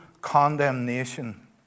Condemnation